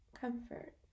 comfort